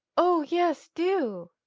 oh, yes, do.